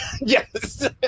yes